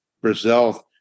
Brazil